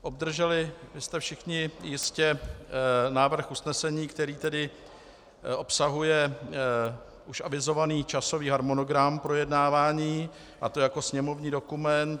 Obdrželi jste všichni jistě návrh usnesení, které obsahuje už avizovaný časový harmonogram projednávání, a to jako sněmovní dokument 1271.